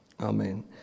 Amen